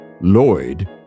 Lloyd